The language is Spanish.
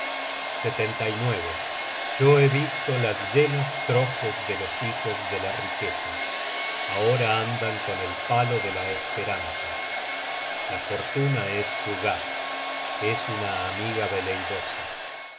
yo he visto las llenas trojes de los hijos de la riqueza ahora andan con el palo de la esperanza la fortuna es fugaz es una amiga veleidosa